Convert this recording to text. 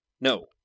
No